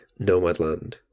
Nomadland